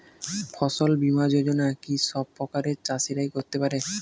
ফসল বীমা যোজনা কি সব প্রকারের চাষীরাই করতে পরে?